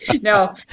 No